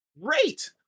Great